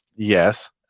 Yes